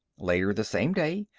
later the same day,